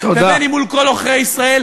ובין מול כל עוכרי ישראל.